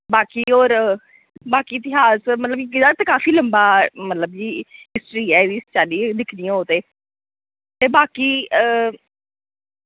बाकि और बाकि इतिहास मतलब एह्दा ते काफी लम्बा मतलब कि हिस्ट्री ऐ इदी इस चाल्ली दिक्खनी हो ते ते बाकि